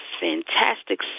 fantastic